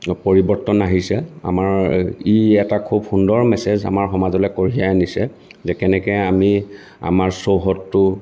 পৰিৱৰ্তন আহিছে আমাৰ ই এটা খুব সুন্দৰ মেছেজ আমাৰ সমাজলৈ কঢ়িয়াই আনিছে একেলগে আমি আমাৰ চৌহদটো